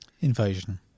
Invasion